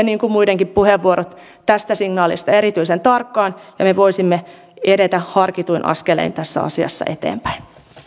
niin kuin muidenkin puheenvuorot tästä signaalista erityisen tarkkaan ja me voisimme edetä harkituin askelin tässä asiassa eteenpäin